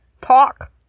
Talk